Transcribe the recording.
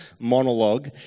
monologue